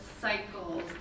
cycles